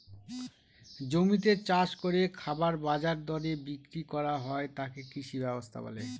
জমিতে চাষ করে খাবার বাজার দরে বিক্রি করা হয় তাকে কৃষি ব্যবস্থা বলে